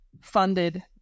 funded